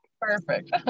perfect